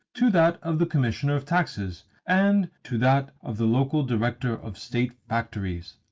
to that of the commissioner of taxes, and to that of the local director of state factories.